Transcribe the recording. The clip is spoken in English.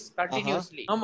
continuously